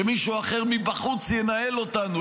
שמישהו אחר מבחוץ ינהל אותנו,